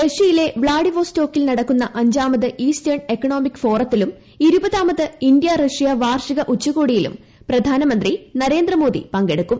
റഷ്യയിലെ വ്ളാഡിവോസ്റ്റോക്കിൽ നടക്കുന്ന അഞ്ചാമത് ഈസ്റ്റേൺ എക്കണോമിക് ഫോറത്തിലും ഇമ്മൂപ്താമത് ഇന്ത്യ റഷ്യ വാർഷിക ഉച്ചകോടിയിലും പ്രധാനമശ്രി ന്റരേന്ദ്രമോദി പങ്കെടുക്കും